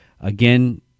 Again